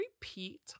repeat